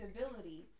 stability